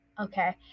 Okay